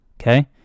Okay